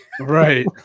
right